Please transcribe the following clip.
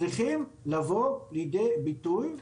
צריכים לבוא לידי ביטוי,